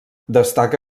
destaca